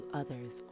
others